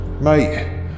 Mate